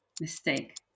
mistake